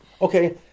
okay